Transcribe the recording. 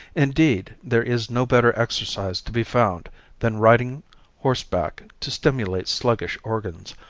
indeed, there is no better exercise to be found than riding horseback to stimulate sluggish organs,